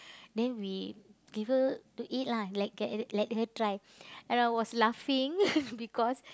then we give her to eat lah like can let her try and I was laughing because